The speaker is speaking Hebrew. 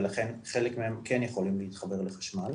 ולכן חלק מהם כן יכולים להתחבר לחשמל.